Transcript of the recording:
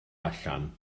allan